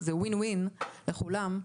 זה WINWIN לכולם,